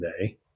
today